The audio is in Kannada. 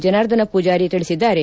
ಜನಾರ್ದನ ಪೂಜಾರಿ ತಿಳಿಸಿದ್ದಾರೆ